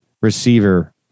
receiver